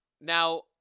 Now